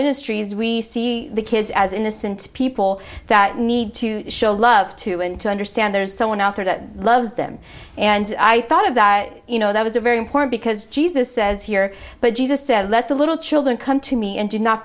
ministries we see the kids as innocent people that need to show love to and to understand there's someone out there that loves them and i thought of that you know that was a very important because jesus says here but jesus said let the little children come to me and do not